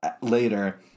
Later